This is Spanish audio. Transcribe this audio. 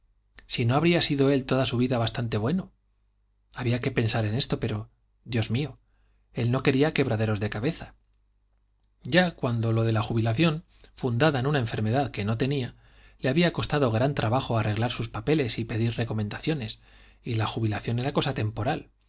si no habría sido él toda su vida bastante bueno había que pensar en esto pero dios mío él no quería quebraderos de cabeza ya cuando lo de la jubilación fundada en una enfermedad que no tenía le había costado gran trabajo arreglar sus papeles y pedir recomendaciones y la jubilación era cosa temporal